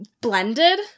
blended